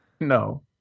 no